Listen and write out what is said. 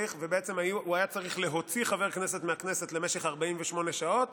והוא היה צריך להוציא חבר כנסת מהכנסת למשך 48 שעות